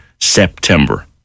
September